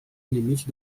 limite